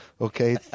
okay